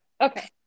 Okay